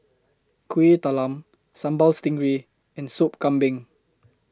Kuih Talam Sambal Stingray and Sop Kambing